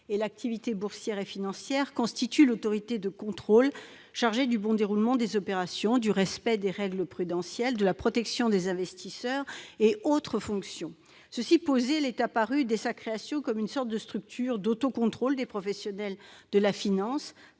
et l'activité boursière et financière, l'AMF constitue l'autorité de contrôle chargée du bon déroulement des opérations, du respect des règles prudentielles, de la protection des investisseurs et d'autres fonctions. Cela posé, elle est apparue dès sa création comme une sorte de structure d'autocontrôle des professionnels de la finance